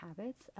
habits